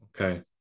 Okay